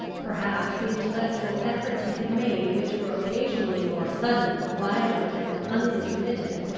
perhaps the intellectual efforts he had made, which were occasionally more sudden, violent, and unintermitted,